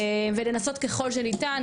ולנסות ככל שניתן,